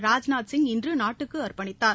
ராஜ்நாத் சிங் இன்று நாட்டுக்கு அர்ப்பணித்தார்